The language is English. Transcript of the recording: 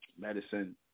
medicine